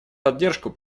поддержку